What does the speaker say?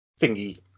thingy